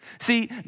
See